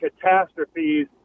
catastrophes